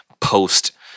post